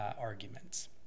arguments